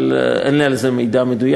אבל אין לי על זה מידע מדויק,